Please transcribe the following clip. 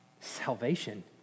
salvation